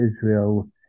Israel